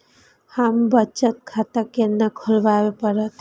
हमू बचत खाता केना खुलाबे परतें?